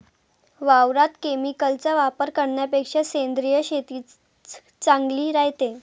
वावरात केमिकलचा वापर करन्यापेक्षा सेंद्रिय शेतीच चांगली रायते